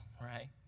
right